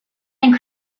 and